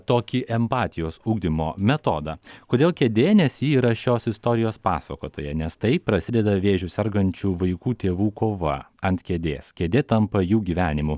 tokį empatijos ugdymo metodą kodėl kėdė nes ji yra šios istorijos pasakotoja nes taip prasideda vėžiu sergančių vaikų tėvų kova ant kėdės kėdė tampa jų gyvenimu